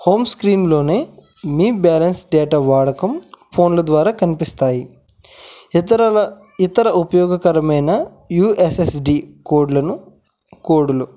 home స్క్రీన్లోనే మీ balance data వాడకం ఫోన్ల ద్వారా కనిపిస్తాయి ఇతరుల ఇతర ఉపయోగకరమైన యూ ఎస్ ఎస్ డీ కోడ్లను కోడులు